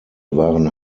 waren